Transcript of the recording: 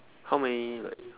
how many like